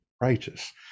righteous